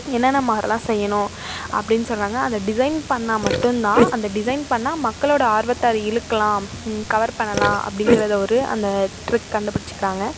என்னென்ன மாதிரிலாம் செய்யணும் அப்படினு சொல்கிறாங்க அந்த டிசைன் பண்ணிணா மட்டுந்தான் அந்த டிசைன் பண்ணிணா மக்களோட ஆர்வத்தை அது இழுக்கலாம் கவர் பண்ணலாம் அப்படிங்கிறத ஒரு அந்த ட்ரிக் கண்டுபுடிச்சிக்கிறாங்க